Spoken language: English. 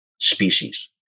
species